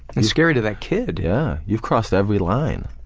it's scary to that kid. yeah. you've crossed every line,